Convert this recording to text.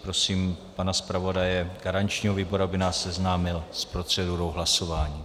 Prosím pana zpravodaje garančního výboru, aby nás seznámil s procedurou hlasování.